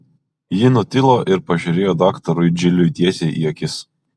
ji nutilo ir pažiūrėjo daktarui džiliui tiesiai į akis